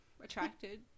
attracted